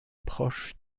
proche